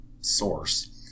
source